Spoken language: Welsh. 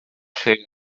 lle